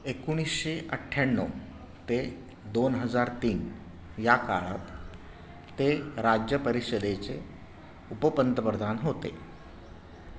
एकोणीसशे अठ्ठ्याण्णव ते दोन हजार तीन या काळात ते राज्य परिषदेचे उपपंतप्रधान होते